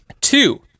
Two